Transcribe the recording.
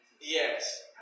Yes